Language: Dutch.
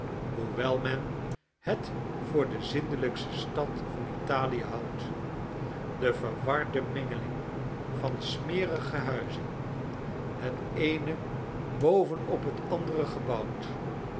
hoewel men het voor de zjndelijkste stad van italie houdt de verwarde mengeling van smerige huizen het eene boven op het andere gebouwd